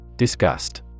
Disgust